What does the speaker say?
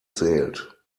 zählt